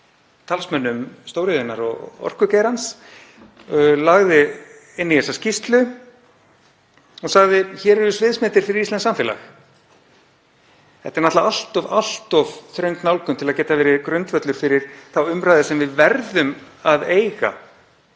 talsmönnum stóriðjunnar og orkugeirans, lagði þá inn í þessa skýrslu og sagði: Hér eru sviðsmyndir fyrir íslenskt samfélag. Þetta er náttúrlega allt of þröng nálgun til að geta verið grundvöllur fyrir þá umræðu sem við verðum að eiga